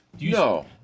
No